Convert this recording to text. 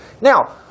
Now